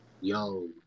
Yo